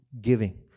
giving